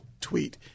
tweet